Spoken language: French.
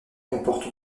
comporte